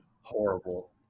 Horrible